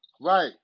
Right